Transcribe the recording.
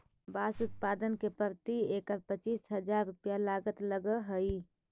बाँस उत्पादन में प्रति एकड़ पच्चीस हजार रुपया लागत लगऽ हइ